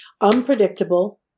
unpredictable